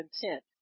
content